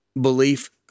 belief